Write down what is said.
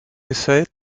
essais